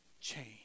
change